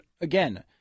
again